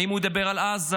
האם הוא ידבר על עזה?